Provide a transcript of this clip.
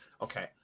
Okay